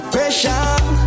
Pressure